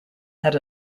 had